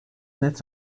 net